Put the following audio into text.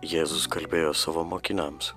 jėzus kalbėjo savo mokiniams